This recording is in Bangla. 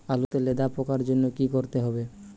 আলুতে লেদা পোকার জন্য কি করতে হবে?